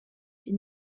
ses